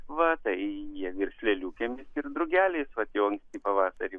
va tai jie virs lėliukėmis ir drugeliais vat jau pavasarį